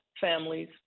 families